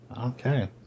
Okay